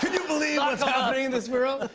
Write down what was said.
you believe this world?